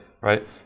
right